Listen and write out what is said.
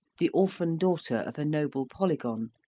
the orphan daughter of a noble polygon,